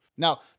Now